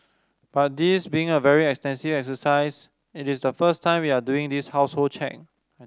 but this being a very extensive exercise it's the first time we are doing this household check